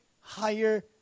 higher